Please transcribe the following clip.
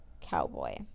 cowboy